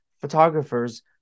photographers